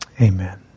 Amen